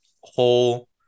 Whole